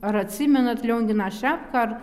ar atsimenat lionginą šepką ar